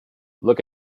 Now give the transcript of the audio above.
look